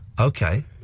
Okay